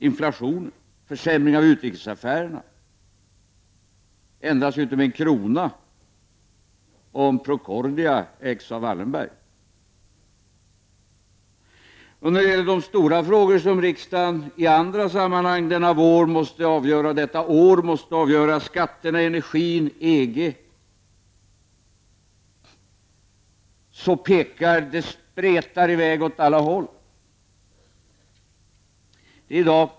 Inflationen, försämringen av utrikesaffärerna ändras ju inte en enda krona om Procordia ägs av Wallenberg! När det gäller de stora frågor som riksdagen under denna vår och under detta år måste avgöra — skatter, energi och EG — spretar det åt alla håll.